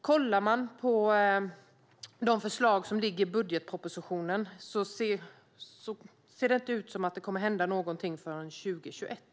Kollar man på de förslag som ligger i budgetpropositionen ser det inte ut som att det kommer att hända någonting förrän 2021.